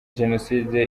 jenoside